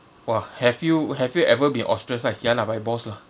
!wah! have you have you ever been ostracised ya lah my boss lah